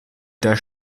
der